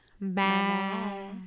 Bye